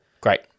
Great